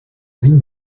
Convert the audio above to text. vint